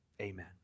Amen